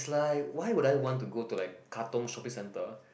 it's like why would I want to go to like Katong Shopping Centre